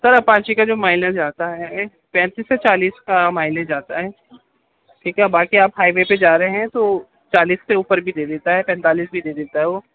سر Apache کا جو mileage ہے آتا ہے پینتس سے چالیس کا مائلیج آتا ہے ٹھیک ہے باقی آپ ہائی وے پہ جا رہے ہیں تو چالیس سے اوپر بھی دے دیتا ہے پینتالیس بھی دے دیتا ہے وہ